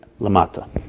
lamata